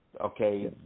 Okay